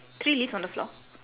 three leaves on the floor